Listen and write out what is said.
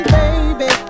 baby